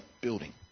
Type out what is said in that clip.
building